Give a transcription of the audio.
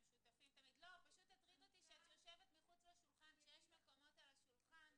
אני יושבת-ראש ועד הגנים הפרטיים בנעמ"ת.